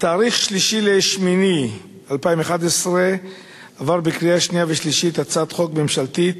בתאריך 3 באוגוסט 2011 עברה בקריאה שנייה ושלישית הצעת חוק ממשלתית,